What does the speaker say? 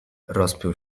rozpiął